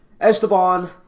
Esteban